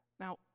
Now